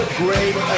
great